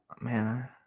Man